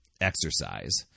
exercise